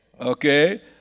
Okay